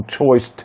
choice